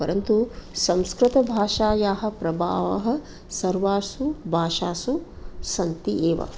परन्तु संस्कृतभाषायाः प्रभावः सर्वासु भाषासु सन्ति एव